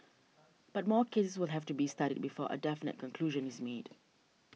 but more cases will have to be studied before a definite conclusion is made